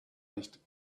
nicht